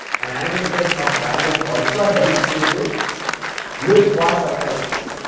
and anticipation of values also helps you to look for surprises.